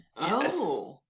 yes